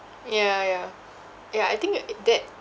ya ya ya ya I think uh it that